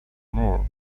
moore